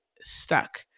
stuck